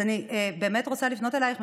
אני רוצה לפנות אליך,